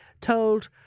told